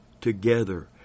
together